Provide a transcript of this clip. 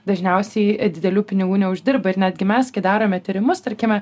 dažniausiai didelių pinigų neuždirba ir netgi mes darome tyrimus tarkime